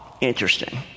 Interesting